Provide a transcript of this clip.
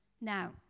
Now